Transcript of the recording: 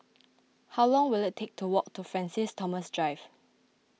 how long will it take to walk to Francis Thomas Drive